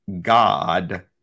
God